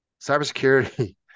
cybersecurity